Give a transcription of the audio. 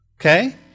Okay